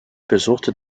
besuchte